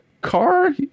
car